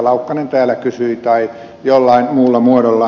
laukkanen täällä kysyi tai jollain muulla muodolla